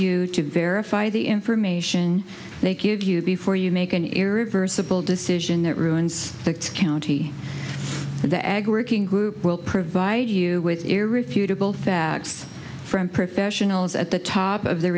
you to verify the information they give you before you make an irreversible decision that ruins the county the ag working group will provide you with irrefutable facts from professionals at the top of their